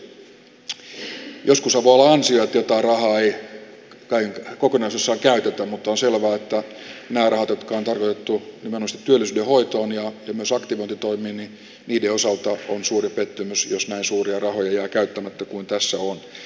joskushan voi olla ansio että jotain rahaa ei kokonaisuudessaan käytetä mutta on selvää että näiden rahojen osalta jotka on tarkoitettu nimenomaisesti työllisyyden hoitoon ja myös aktivointitoimiin on suuri pettymys jos näin suuria rahoja jää käyttämättä kuin tässä on